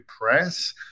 press